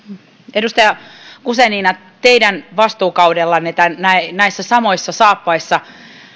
edustaja guzenina teidän vastuukaudellanne näissä näissä samoissa saappaissa